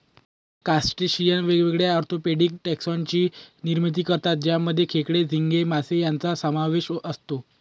crustacean वेगवेगळ्या orthopaedic taxon ची निर्मिती करतात ज्यामध्ये खेकडे, झिंगे, मासे यांचा समावेश असतो